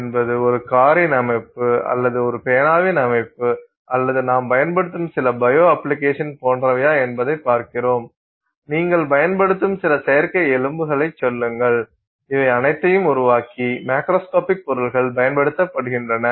என்பது ஒரு காரின் அமைப்பு அல்லது ஒரு பேனாவின் அமைப்பு அல்லது நாம் பயன்படுத்தும் சில பயோ அப்பிளிகேஷன் போன்றவையா என்பதைப் பார்க்கிறோம் நீங்கள் பயன்படுத்தும் சில செயற்கை எலும்புகளைச் சொல்லுங்கள் இவை அனைத்தையும் உருவாக்கி மேக்ரோஸ்கோபிக் பொருள்கள் பயன்படுத்துகின்றன